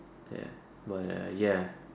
ya but err ya